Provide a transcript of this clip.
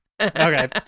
Okay